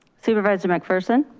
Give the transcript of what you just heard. supervisor mcpherson?